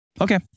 Okay